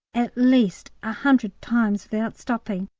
at least a hundred times without stopping.